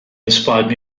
inspired